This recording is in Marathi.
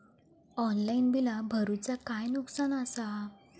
ऑफलाइन बिला भरूचा काय नुकसान आसा?